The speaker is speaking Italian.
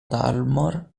dalmor